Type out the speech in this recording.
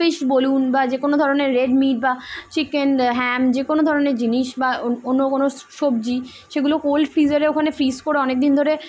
fish বলুন বা যে কোনো ধরনের রেড মিট বা চিকেন হ্যাম যে কোনো ধরনের জিনিস বা অন্য কোনো সবজি সেগুলো কোল্ড ফ্রিজারে ওখানে ফ্রিজ করে অনেক দিন ধরে